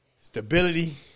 stability